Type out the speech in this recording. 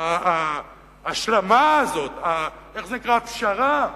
ההשלמה הזאת, איך זה נקרא, הפשרה,